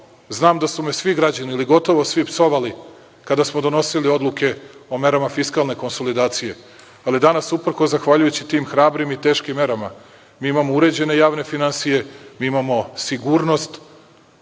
znam da su me svi građani ili gotovo svi psovali kada smo donosili odluke o merama fiskalne konsolidacije, ali danas uprkos zahvaljujući tim hrabrim i teškim merama. Mi imamo uređene javne finansije, mi imamo sigurnost